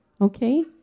Okay